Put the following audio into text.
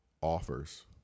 offers